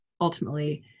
ultimately